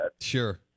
Sure